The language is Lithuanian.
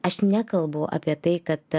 aš nekalbu apie tai kad